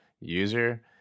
user